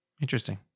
interesting